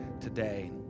today